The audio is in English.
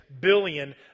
billion